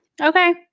Okay